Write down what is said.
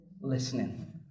listening